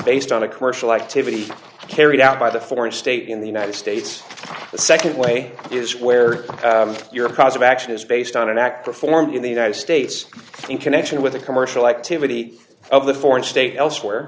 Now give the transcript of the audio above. based on a commercial activity carried out by the foreign state in the united states the nd way is where your cause of action is based on an act performed in the united states in connection with the commercial activity of the foreign state elsewhere